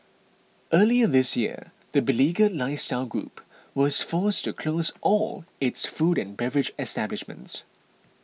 earlier this year the beleaguered lifestyle group was forced to close all its food and beverage establishments